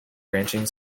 ranching